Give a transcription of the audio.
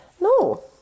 No